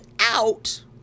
out